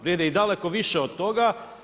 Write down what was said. Vrijede i daleko više od toga.